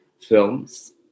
films